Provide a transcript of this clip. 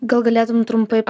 gal galėtum trumpai